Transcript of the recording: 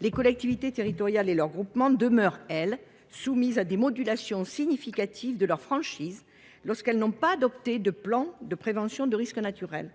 Les collectivités territoriales et leurs groupements demeurent, quant à elles, soumises à des modulations significatives de leurs franchises lorsqu’elles n’ont pas adopté de plan de prévention des risques naturels.